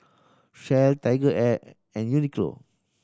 Shell TigerAir and Uniqlo